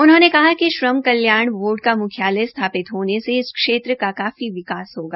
उन्होंने कहा कि श्रम कल्याण बोर्ड का मुख्यालय स्थापित होने से इस क्षेत्र का काफी विकास होगा